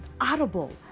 audible